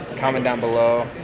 comment down below.